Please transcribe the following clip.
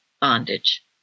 bondage